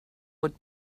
would